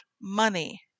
money